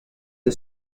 the